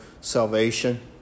salvation